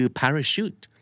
parachute